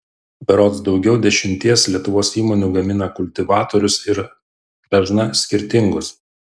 berods daugiau dešimties lietuvos įmonių gamina kultivatorius ir dažna skirtingus